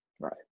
Right